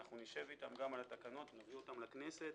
נשב איתם גם על התקנות ונביא אותם לכנסת,